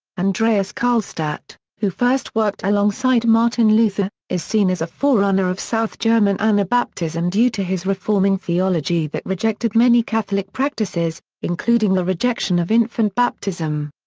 andreas karlstadt, who first worked alongside martin luther, is seen as a forerunner of south german anabaptism due to his reforming theology that rejected many catholic practices, including the rejection of infant baptism.